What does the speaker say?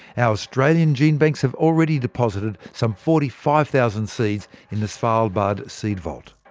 our australian genebanks have already deposited some forty five thousand seeds in the svalbard seed vault.